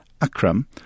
Akram